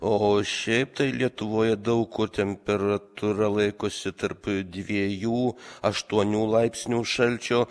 o šiaip tai lietuvoje daug kur temperatūra laikosi tarp dviejų aštuonių laipsnių šalčio